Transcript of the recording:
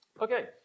Okay